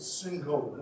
single